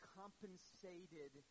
compensated